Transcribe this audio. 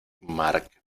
marc